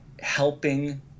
helping